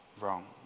wrong